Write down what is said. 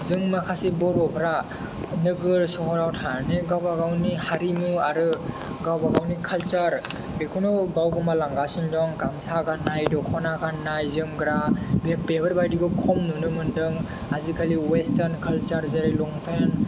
जोंनि माखासे बर'फोरा नोगोर सोहोराव थानानै गावबा गावनि हारिमु आरो गावबा गावनि काल्चार बेखौनो बावगोमालांगासिनो दं गामसा गाननाय दखना गाननाय जोमग्रा बेफोरबायदिखौ खम नुनो मोन्दों आजिकालि वेस्टार्न कालचार जेरै लंपेन्ट